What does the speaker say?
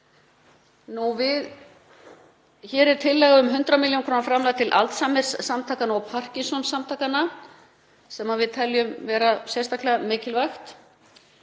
Hér er tillaga um 100 millj. kr. framlag til Alzheimersamtakanna og Parkinsonsamtakanna sem við teljum vera sérstaklega mikilvægt.